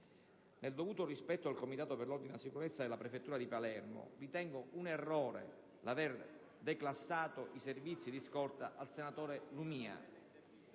Nel dovuto rispetto per il Comitato per l'ordine e la sicurezza della prefettura di Palermo, ritengo un errore aver declassato i servizi di scorta al senatore Lumia,